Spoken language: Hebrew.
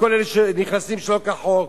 לכל אלה שנכנסים שלא כחוק,